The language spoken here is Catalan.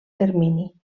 termini